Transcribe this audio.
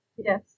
Yes